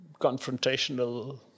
confrontational